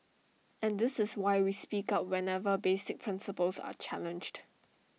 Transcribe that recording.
and this is why we speak up whenever basic principles are challenged